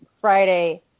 Friday